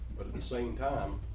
the same time,